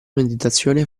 meditazione